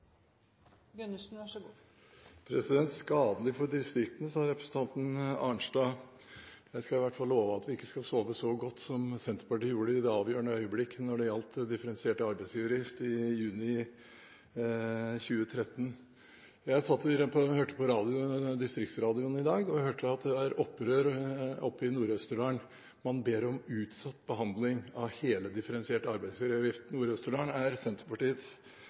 Arnstad. Jeg skal i hvert fall love at vi ikke skal sove så godt som Senterpartiet gjorde i det avgjørende øyeblikk i juni 2013 da det gjaldt differensiert arbeidsgiveravgift. Jeg satt og hørte på distriktsradioen i dag, og jeg hørte at det er opprør oppe i Nord-Østerdalen. Man ber om utsatt behandling av hele den differensierte arbeidsgiveravgiften. Nord-Østerdalen er Senterpartiets